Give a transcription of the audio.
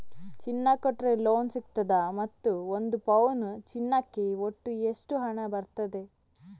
ಚಿನ್ನ ಕೊಟ್ರೆ ಲೋನ್ ಸಿಗ್ತದಾ ಮತ್ತು ಒಂದು ಪೌನು ಚಿನ್ನಕ್ಕೆ ಒಟ್ಟು ಎಷ್ಟು ಹಣ ಬರ್ತದೆ?